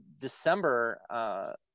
December